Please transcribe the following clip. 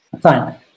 Fine